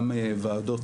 גם וועדות